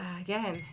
Again